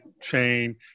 chain